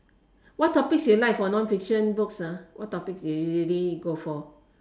what topics you like for non fiction books ah what topics do you usually go for